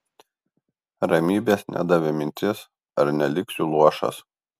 ramybės nedavė mintis ar neliksiu luošas